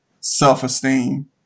self-esteem